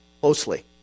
closely